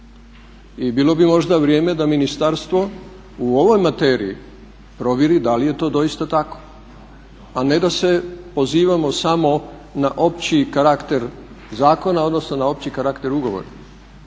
I bilo bi možda vrijeme da ministarstvo u ovoj materiji provjeri da li je to doista tako a ne da se pozivamo samo na opći karakter zakona, odnosno na opći karakter ugovora.